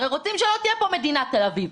הרי רוצים שלא תהיה פה מדינת תל אביב,